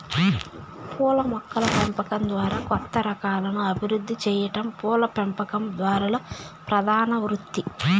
పూల మొక్కల పెంపకం ద్వారా కొత్త రకాలను అభివృద్ది సెయ్యటం పూల పెంపకందారుల ప్రధాన వృత్తి